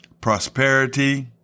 prosperity